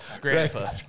Grandpa